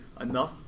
enough